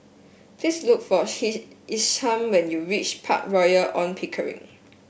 please look for Isham when you reach Park Royal On Pickering